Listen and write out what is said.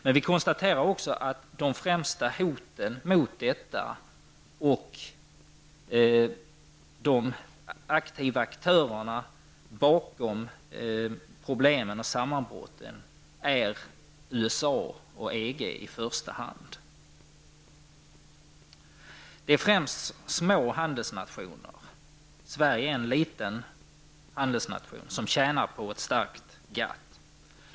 Men vi konstaterar också att de främsta hoten mot detta och de aktiva aktörerna bakom problemen och sammanbrotten i första hand är USA och EG. Sverige är en liten handelsnation, och det är främst de små handelsnationerna som tjänar på ett stark GATT.